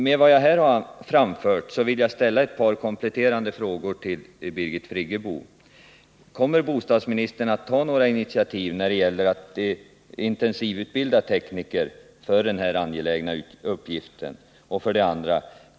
Med vad jag här har framfört vill jag ställa ett par kompletterande frågor till Birgit Friggebo: Kommer bostadsministern att ta några initiativ när det gäller att intensivutbilda tekniker för den här angelägna uppgiften?